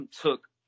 took